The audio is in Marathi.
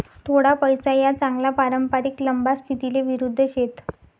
थोडा पैसा या चांगला पारंपरिक लंबा स्थितीले विरुध्द शेत